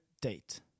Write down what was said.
date